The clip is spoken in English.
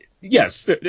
Yes